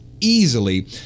easily